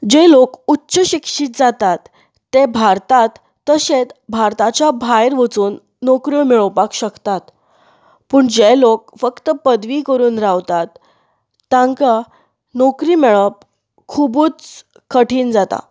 जे लोक उच्च शिक्षीत जातात ते भारतांत तशेंच भारताच्या भायर वचून नोकऱ्यो मेळोवपाक शकतात पूण जे लोक फक्त पदवी करून रावतात तांकां नोकरी मेळप खुबूच कठीण जाता